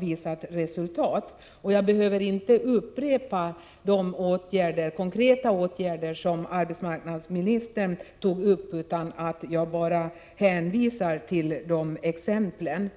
medfört resultat. Jag behöver inte upprepa de konkreta åtgärder som arbetsmarknadsministern berörde utan hänvisar bara till exemplen.